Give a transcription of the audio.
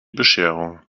bescherung